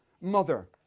mother